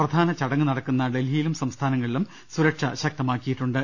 പ്രധാന ചടങ്ങ് നടക്കുന്ന ഡൽഹിയിലും സംസ്ഥാനങ്ങളിലും സുരക്ഷ ശക്തമാക്കിയിട്ടുണ്ട്